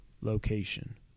location